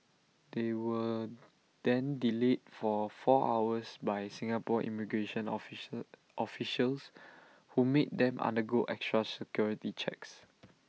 they were then delayed for four hours by Singapore immigration official officials who made them undergo extra security checks